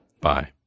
Bye